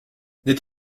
n’est